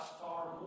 far